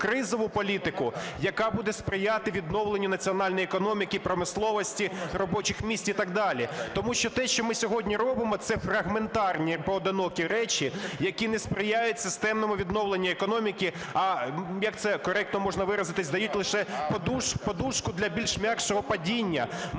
посткризову політику, яка буде сприяти відновленню національної економіки і промисловості, робочих місць і так далі. Тому що те, що ми сьогодні робимо, це фрагментарні, поодинокі речі, які не сприяють системному відновленню економіки, а, як це коректно можна виразитися, дають лише подушку для більш м'якшого падіння.